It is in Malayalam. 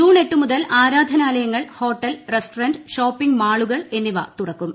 ജൂൺ എട്ട് മുതൽ ആരാധനാലയങ്ങൾ ഹോട്ടൽ റസ്റ്റോറന്റ് ഷോപ്പിംഗ് മാളുകൾ എന്നിവ തുറക്കും